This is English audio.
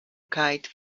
kite